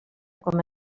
coma